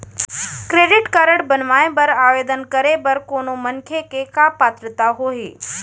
Credit card बनवाए बर आवेदन करे बर कोनो मनखे के का पात्रता होही?